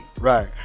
Right